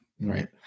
right